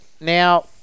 Now